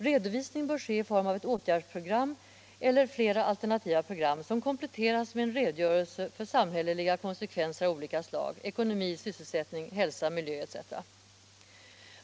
Redovisning bör ske i form av ett åtgärdsprogram, eller flera alternativa program, som kompletteras med en redogörelse för samhälleliga konsekvenser av olika slag — ekonomi, sysselsättning, hälsa, miljö etc.